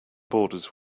borders